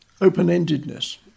open-endedness